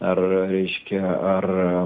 ar reiškia ar